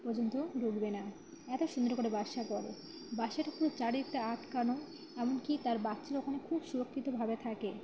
পর্যন্ত ঢুকবে না এত সুন্দর করে বাসাটা গড়ে বাসাটা পুরো চারিদিক দিয়ে আটকানো এমনকি তার বাচ্চারা ওখানে খুব সুরক্ষিতভাবে থাকে